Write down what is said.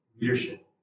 leadership